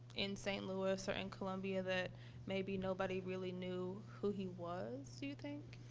in st. louis or in columbia that maybe nobody really knew who he was, do you think?